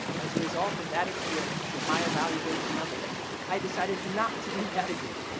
as a result of that experience and my evaluation of it i decided not to do that again.